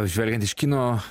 o žvelgiant iš kino